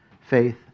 faith